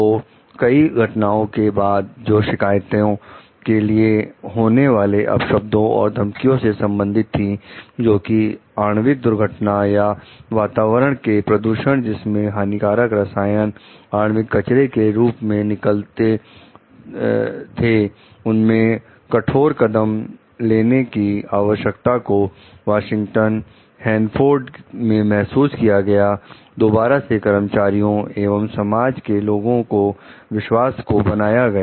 तो कई घटनाओं के बाद जो शिकायतों के लिए होने वाले अपशब्दों और धमकियों से संबंधित थी जो कि आणविक दुर्घटना या वातावरण के प्रदूषण जिसमें हानिकारक रसायन आणविक कचरे के रूप में निकलते थे उनमें कठोर कदम लेने की आवश्यकता को वाशिंगटन हैंनफोर्ड में महसूस किया गया दोबारा से कर्मचारियों एवं समाज के लोगों के विश्वास को बनाया गया